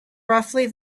roughly